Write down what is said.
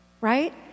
right